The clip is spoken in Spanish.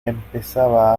empezaba